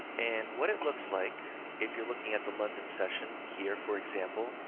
and what it looks like if you're looking at the london session here, for example,